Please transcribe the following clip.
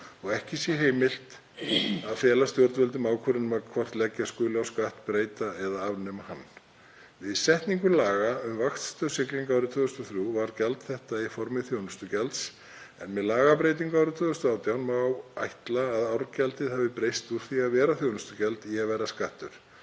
og ekki sé heimilt að fela stjórnvöldum ákvörðun um hvort leggja skuli á skatt, breyta eða afnema hann. Við setningu laga um vaktstöð siglinga árið 2003 var gjald þetta í formi þjónustugjalds. Með lagabreytingu árið 2018 má ætla að árgjaldið hafi breyst úr því að vera þjónustugjald í að vera skattur.